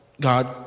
God